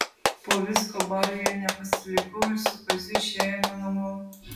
po visko baliuje nepasilikau ir su kaziu išėjome namo